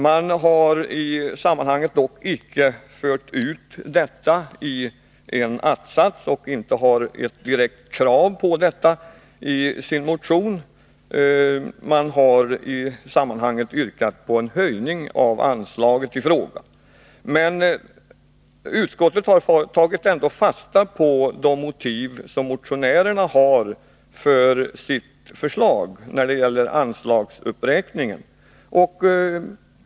Man har dock icke fört ut detta i en att-sats, och man har inte ett direkt krav på det i sin motion. I sammanhanget har man yrkat på en höjning av anslaget i fråga. Men utskottet har ändå tagit fasta på de motiv som motionärerna har för sitt förslag när det gäller anslagsuppräkningen.